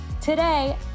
Today